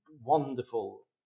wonderful